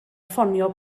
ffonio